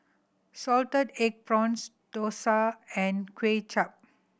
salted egg prawns dosa and Kuay Chap